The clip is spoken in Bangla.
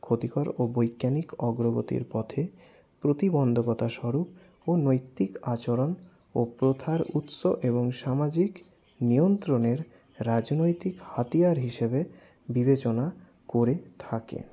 ক্ষতিকর ও বৈজ্ঞানিক অগ্রগতির পথে প্রতিবন্দকতা স্বরূপ ও নৈতিক আচরণ ও প্রথার উৎস এবং সামাজিক নিয়ন্ত্রণের রাজনৈতিক হাতিয়ার হিসাবে বিবেচনা করে থাকে